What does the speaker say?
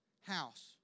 house